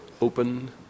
open